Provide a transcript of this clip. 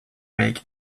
make